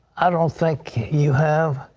i don't think you have.